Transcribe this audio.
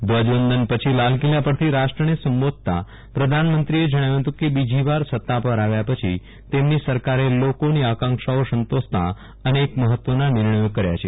ધ્વજવંદન પછી લાલકિલ્લા પરથી રાષ્ટ્રને સંબોધતા પ્રધાનમંત્રીએ જજ્જાવ્યું હતું કે બીજી વાર સત્તા પર આવ્યા પછી તેમની સરકારે લોકોની આંકાક્ષાઓ સંતોષતા અનેક મહત્વના નિર્ણયો કર્યા છે